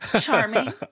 charming